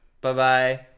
Bye-bye